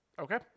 Okay